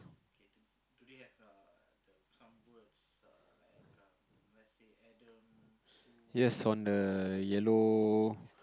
yes on the yellow